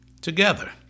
together